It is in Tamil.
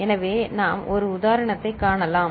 எனவே நாம் ஒரு உதாரணத்தைக் காணலாம்